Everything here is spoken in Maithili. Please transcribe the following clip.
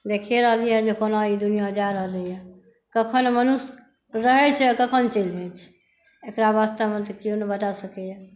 देखे रहलियैए जे कोना ई दुनिआ जाए रहलैए कखन मनुष्य रहै छै आ कखन चलि जाय छै एकरा वास्तेमे तऽ केओ नहि बताए सकैया